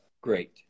Great